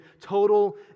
total